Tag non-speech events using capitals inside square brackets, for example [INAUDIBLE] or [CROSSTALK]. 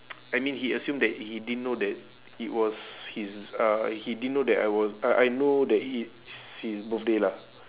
[NOISE] I mean he assume he didn't know that it was his uh he didn't know that I was I I know that it's his birthday lah